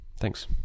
Thanks